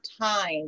time